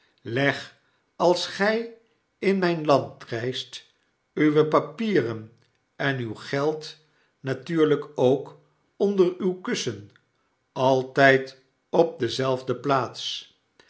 leg als gij in mijn land reist uwe papieren en uw geld natuurlijk ook onder uw kussen altijd op dezelfde plaats